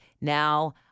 now